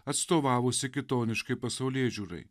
atstovavusi kitoniškai pasaulėžiūrai